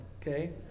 Okay